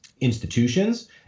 institutions